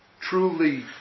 truly